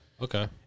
Okay